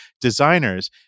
designers